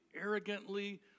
arrogantly